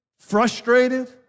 frustrated